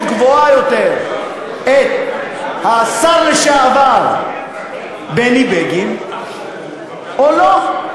גבוהה יותר את השר לשעבר בני בגין או לא,